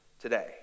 today